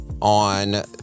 on